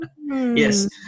Yes